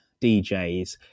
DJs